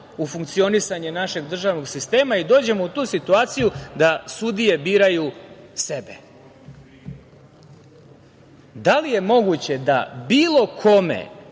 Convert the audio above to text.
u funkcionisanje našeg državnog sistema i dođemo u tu situaciju da sudije biraju sebe. Da li je moguće da bilo kome